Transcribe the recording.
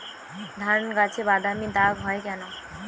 ধানগাছে বাদামী দাগ হয় কেন?